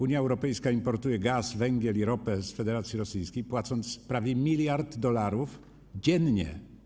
Unia Europejska importuje gaz, węgiel i ropę z Federacji Rosyjskiej, płacąc prawie 1 mld dolarów dziennie.